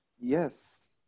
Yes